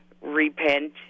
repent